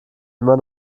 immer